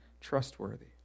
trustworthy